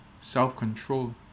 self-control